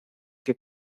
que